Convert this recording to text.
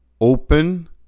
open